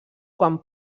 quan